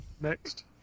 Next